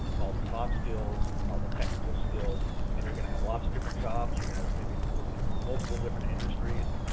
all the soft skills, all the technical skills and you're going to have lots of different jobs, you're going to maybe work in multiple different industries.